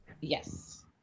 Yes